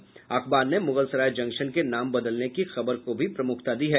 इसी अखबार ने मुगलसराय जंक्शन के नाम बदलने की खबर को भी प्रमुखता दी है